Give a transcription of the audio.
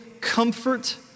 comfort